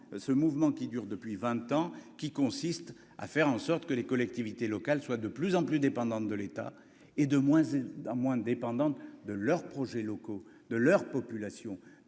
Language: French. ce mouvement qui dure depuis 20 ans, qui consiste à faire en sorte que les collectivités locales soient de plus en plus dépendantes de l'État et de moins en moins dépendantes de leurs projets locaux de leur population